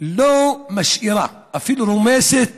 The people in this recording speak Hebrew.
לא משאירה, ואפילו רומסת